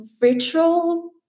ritual